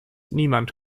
niemand